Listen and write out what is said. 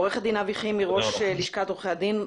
עורך הדין אבי חיימי, ראש לשכת עורכי הדין,